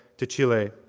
to chile,